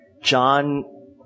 John